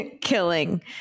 killing